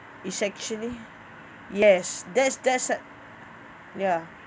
it's actually yes there's there's a ya